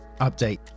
Update